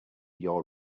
your